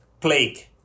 plague